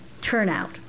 turnout